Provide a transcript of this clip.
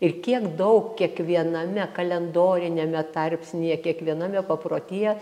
ir kiek daug kiekviename kalendoriniame tarpsnyje kiekviename paprotyje